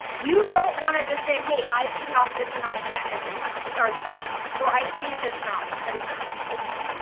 you don't wanna just say, hey, i paid off this amount of debt every month or this month, or, i saved this amount every month, this month.